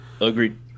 Agreed